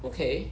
okay